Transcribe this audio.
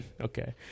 Okay